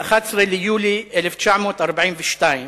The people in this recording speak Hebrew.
ב-11 ביולי 1942,